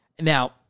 Now